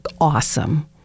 awesome